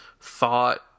thought